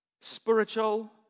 spiritual